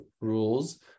rules